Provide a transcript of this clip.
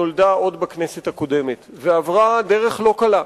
נולדה עוד בכנסת הקודמת ועברה דרך לא קלה.